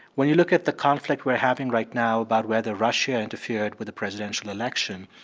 when you look at the conflict we're having right now about whether russia interfered with the presidential election,